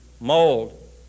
mold